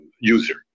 user